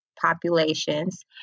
populations